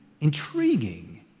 intriguing